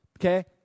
okay